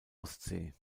ostsee